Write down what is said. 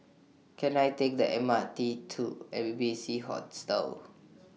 Can I Take The M R T to Airy B C Hostel